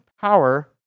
power